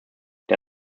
der